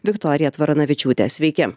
viktorija tvaranavičiūtė sveiki